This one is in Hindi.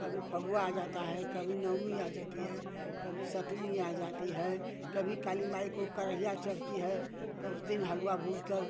कभी फगुआ आ जाता है कभी नवमी आ जाती है कभी सप्तमी आ जाती है कभी काली माई को करैहा चढ़ती है तो उस दिन हलुआ भुजकर